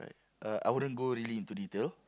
right uh I wouldn't go really into detail